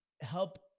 help